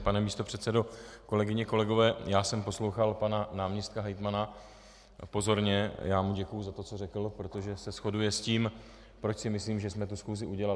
Pane místopředsedo, kolegyně, kolegové, já jsem poslouchal pana náměstka hejtmana pozorně a děkuji mu za to, co řekl, protože se shoduje s tím, proč si myslím, že jsme tu schůzi udělali.